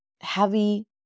heavy